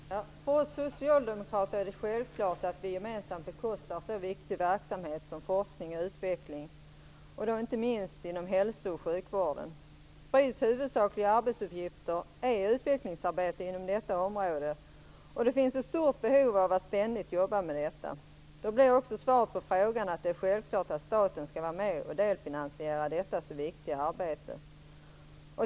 Herr talman! För oss socialdemokrater är det självklart att vi gemensamt bekostar en så viktig verksamhet som forskning och utveckling, inte minst inom hälso och sjukvården. Spris huvudsakliga arbetsuppgifter är utvecklingsarbete inom detta område, och det finns ett stort behov av att ständigt jobba med detta. Då blir också svaret på frågan att det är självklart att staten skall vara med och delfinansiera detta så viktiga arbete.